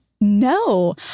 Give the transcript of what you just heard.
No